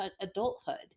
adulthood